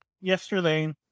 Yesterday